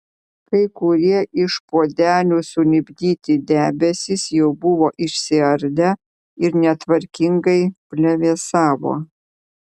kai kurie iš puodelių sulipdyti debesys jau buvo išsiardę ir netvarkingai plevėsavo